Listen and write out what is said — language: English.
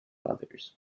others